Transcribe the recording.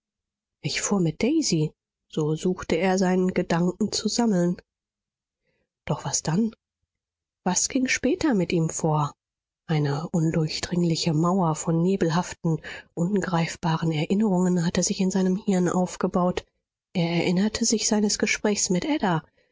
ich fuhr mit daisy so suchte er sein gedanken zu sammeln doch was dann was ging später mit ihm vor eine undurchdringliche mauer von nebelhaften ungreifbaren erinnerungen hatte sich in seinem hirn aufgebaut er erinnerte sich seines gesprächs mit ada